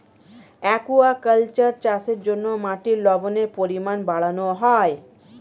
aquaculture চাষের জন্য মাটির লবণের পরিমাণ বাড়ানো হয়